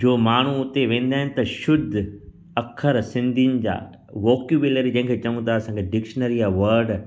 जो माण्हू उते वेंदा आहिनि त शुद्ध अख़र सिंधियुनि जा वोकैब्युलरी जंहिं खे चऊं था असांजे डिक्शनरीअ जा वर्ड